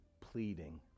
pleading